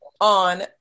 on